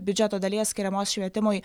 biudžeto dalies skiriamos švietimui